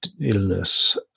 illness